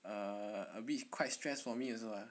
err a bit quite stress for me also ah